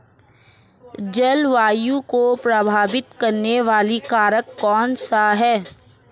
जलवायु को प्रभावित करने वाले कारक कौनसे हैं?